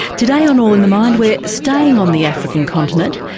today on all in the mind we're staying on the african continent,